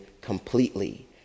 completely